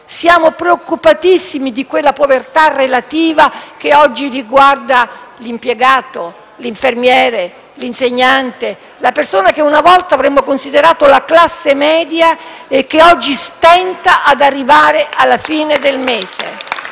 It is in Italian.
siamo preoccupatissimi di quella povertà relativa che oggi riguarda l'impiegato, l'infermiere, l'insegnante, la persona che una volta avremmo considerato come facente parte della classe media e che oggi stenta ad arrivare alla fine del mese.